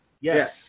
Yes